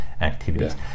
activities